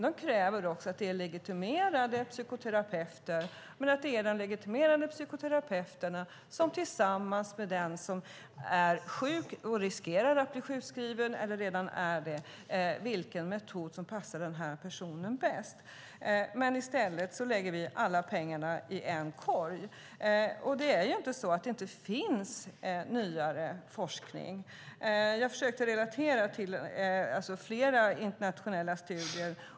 Då krävs det också att det är legitimerade psykoterapeuter och att det är de legitimerade psykoterapeuterna som tillsammans med den som är sjuk - och riskerar att bli sjukskriven eller redan är det - avgör vilken metod som passar personen bäst. Men i stället lägger vi alla pengar i en enda korg. Det är inte så att det inte finns nyare forskning. Jag försökte relatera till flera internationella studier.